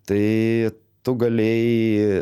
tai tu galėjai